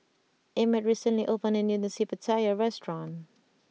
Emett recently opened a new Nasi Pattaya restaurant